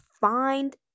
find